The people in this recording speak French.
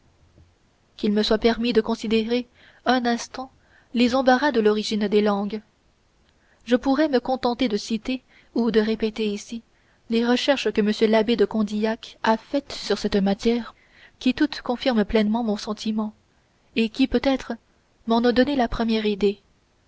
qu'il me soit permis de considérer un instant les embarras de l'origine des langues je pourrais me contenter de citer ou de répéter ici les recherches que m l'abbé de condillac a faites sur cette matière qui toutes confirment pleinement mon sentiment et qui peut-être m'en ont donné la première idée